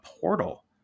portal